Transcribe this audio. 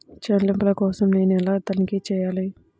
చెల్లింపుల కోసం నేను ఎలా తనిఖీ చేయాలి?